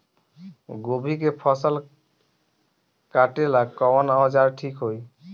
गोभी के फसल काटेला कवन औजार ठीक होई?